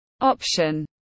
option